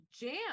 Jam